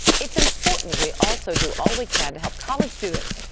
it's important we also do all we can to help college students.